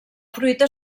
fruita